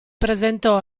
presentò